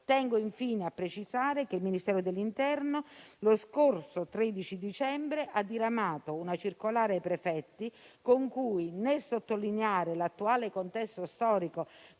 Tengo infine a precisare che il Ministero dell'interno lo scorso 13 dicembre ha diramato una circolare ai prefetti con cui, nel sottolineare l'attuale contesto storico